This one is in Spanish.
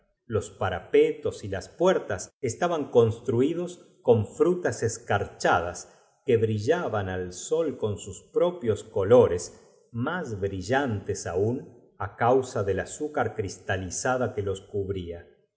los parapetos y las puertas estaban constru ídos con frutas escarch adas que bri llaban al sol con sus propios colores más bri llaotes aún á causa del azúcar crista li zada que los cubría